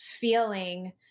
feeling